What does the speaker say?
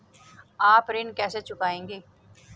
आप ऋण कैसे चुकाएंगे?